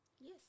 yes